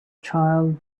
child